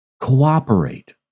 Cooperate